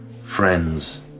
friends